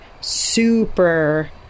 super